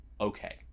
Okay